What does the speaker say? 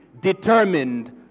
determined